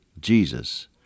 Jesus